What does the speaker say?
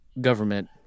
government